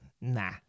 nah